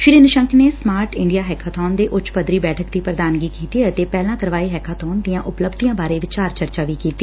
ਸ੍ਰੀ ਨਿਸ਼ੰਕ ਨੇ smart India hackathon ਤੇ ਉੱਚ ਪੱਧਰੀ ਬੈਠਕ ਦੀ ਪ੍ਰਧਾਨਗੀ ਕੀਤੀ ਅਤੇ ਪਹਿਲਾ ਕਰਵਾਏ ਹੈਕਾਬੋਨ ਦੀਆਂ ਉਪਲੱਬਧੀਆਂ ਬਾਰੇ ਵਿਚਾਰ ਚਰਚਾ ਕੀਤੀ